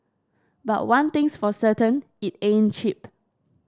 but one thing's for certain it ain't cheap